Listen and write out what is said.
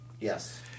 Yes